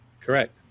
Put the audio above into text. Correct